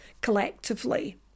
collectively